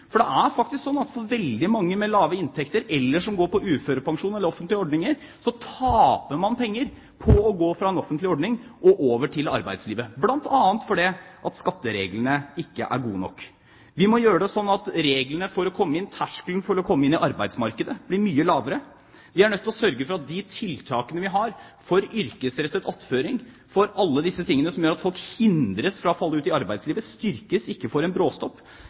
Veldig mange med lave inntekter, uførepensjon eller andre offentlige ordninger, taper faktisk penger på å gå fra en offentlig ordning og over til arbeidslivet, bl.a. fordi skattereglene ikke er gode nok. Vi må gjøre reglene slik at terskelen for å komme inn på arbeidsmarkedet blir mye lavere. Vi er nødt til å sørge for at de tiltakene vi har for yrkesrettet attføring – alle disse tingene som gjør at folk hindres fra å falle ut av arbeidslivet – styrkes og ikke får en bråstopp.